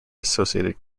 associated